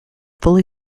fully